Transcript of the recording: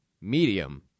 Medium